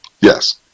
Yes